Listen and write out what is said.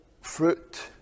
fruit